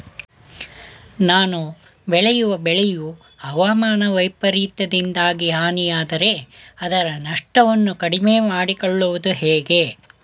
ನಾನು ಬೆಳೆಯುವ ಬೆಳೆಯು ಹವಾಮಾನ ವೈಫರಿತ್ಯದಿಂದಾಗಿ ಹಾನಿಯಾದರೆ ಅದರ ನಷ್ಟವನ್ನು ಕಡಿಮೆ ಮಾಡಿಕೊಳ್ಳುವುದು ಹೇಗೆ?